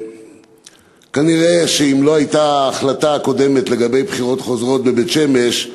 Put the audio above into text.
אם לא הייתה החלטה קודמת לגבי בחירות חוזרות בבית-שמש,